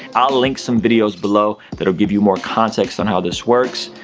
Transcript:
i'll link some videos below that'll give you more context on how this works.